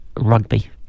Rugby